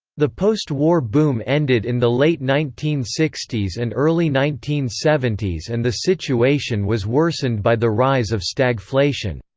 the postwar boom ended in the late nineteen sixty s and early nineteen seventy s and the situation was worsened by the rise of stagflation.